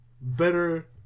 better